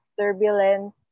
turbulence